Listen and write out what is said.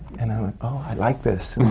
and i went, oh, i like this!